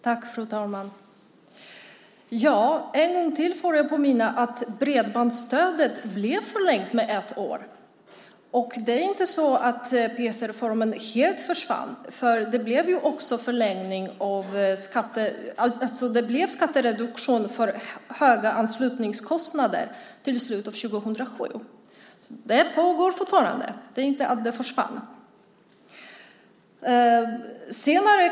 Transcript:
Fru talman! En gång till får jag påminna om att bredbandsstödet blev förlängt med ett år. Och det är inte så att pc-reformen försvann, för det blir skattereduktioner för höga anslutningskostnader till slutet av 2007. Det pågår fortfarande. Det försvann inte.